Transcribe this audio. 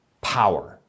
power